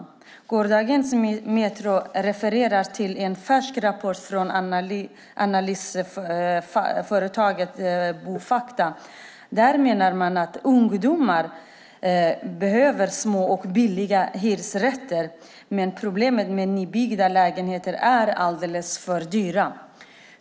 I gårdagens Metro refereras till en färsk rapport från analysföretaget Byggfakta. Där menar man att ungdomar behöver små och billiga hyresrätter, men problemet med nybyggda lägenheter är att de blir alldeles för dyra.